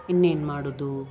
ಇನ್ನೇನು ಮಾಡುದು